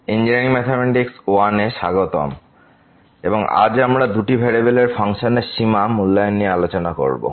engineering mathematics I এ স্বাগতম এবং আজ আমরা দুটি ভেরিয়েবলের ফাংশনের সীমা মূল্যায়ন নিয়ে আলোচোনা করবো